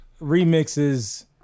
remixes